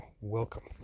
welcome